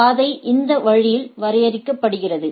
எனவே பாதை இந்த வழியில் வரையறுக்கப்படுகிறது